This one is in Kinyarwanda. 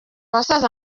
basaza